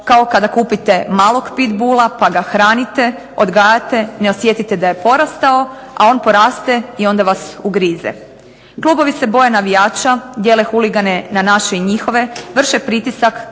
kao kada kupite malog pitbulla pa ga hranite, odgajate, ne osjetite da je porastao, a on poraste i onda vas ugrize. Klubovi se boje navijača, dijele huligane na naše i njihove, vrše pritisak,